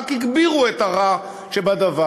רק הגבירו את הרע שבדבר,